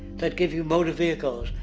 that give you motor vehicles.